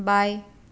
बाएँ